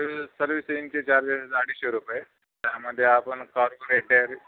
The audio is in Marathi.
स सर्विसिंगचे चार्जेस अडीचशे रुपये त्यामध्ये आपण कॉर्पोरेटर